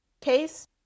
case